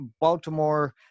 Baltimore